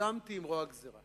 השלמתי עם רוע הגזירה